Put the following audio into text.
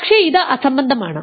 പക്ഷേ ഇത് അസംബന്ധമാണ്